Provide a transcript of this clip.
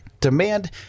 demand